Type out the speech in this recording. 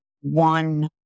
one